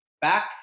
back